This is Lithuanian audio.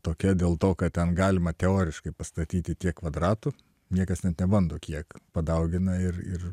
tokia dėl to kad ten galima teoriškai pastatyti tiek kvadratų niekas net nebando kiek padaugina ir ir